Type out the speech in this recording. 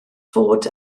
fod